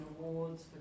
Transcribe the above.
awards